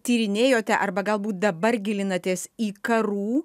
tyrinėjote arba galbūt dabar gilinatės į karų